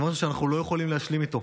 זה דבר שאנחנו לא יכולים להשלים איתו.